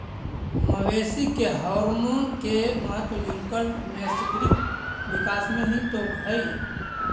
मवेशी के हॉरमोन के महत्त्व उनकर नैसर्गिक विकास में हीं तो हई